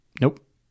nope